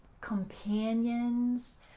companions